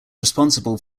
responsible